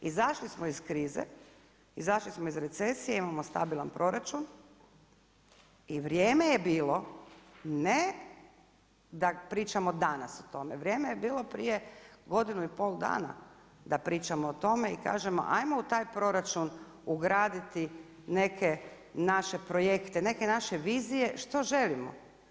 Izašli smo iz krize, izašli smo iz recesije, imamo stabilan proračun i vrijeme je bilo, ne da pričamo danas o tome, vrijeme je bilo prije godinu i pol dana da pričamo o tome i kažemo ajmo u taj proračun ugraditi neke naše projekte, neke naše vizije što želimo.